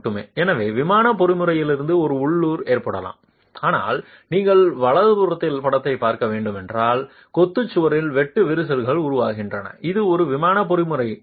எனவே விமான பொறிமுறையிலிருந்து ஒரு உள்ளூர் ஏற்படலாம் ஆனால் நீங்கள் வலதுபுறத்தில் படத்தைப் பார்க்க வேண்டுமென்றால் கொத்து சுவர்களில் வெட்டு விரிசல்கள் உருவாகின்றன அது ஒரு விமான பொறிமுறையாகும்